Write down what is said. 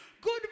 Good